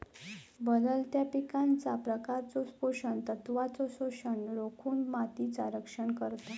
बदलत्या पिकांच्या प्रकारचो पोषण तत्वांचो शोषण रोखुन मातीचा रक्षण करता